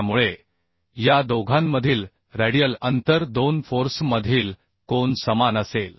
त्यामुळे या दोघांमधील रॅडियल अंतर दोन फोर्स मधील कोन समान असेल